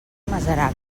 masarac